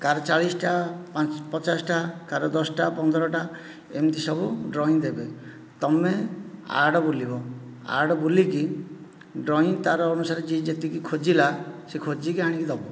କାହାର ଚାଳିଶଟା ପଚାଶଟା କାହାର ଦଶଟା ପନ୍ଦରଟା ଏମିତି ସବୁ ଡ୍ରଇଂ ଦେବେ ତୁମେ ୟାର୍ଡ଼୍ ବୁଲିବ ୟାର୍ଡ଼୍ ବୁଲିକି ଡ୍ରଇଂ ତା'ର ଅନୁସାରେ ଯିଏ ଯେତିକି ଖୋଜିଲା ସେ ଖୋଜିକି ଆଣିକି ଦେବ